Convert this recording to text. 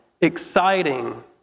exciting